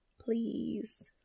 Please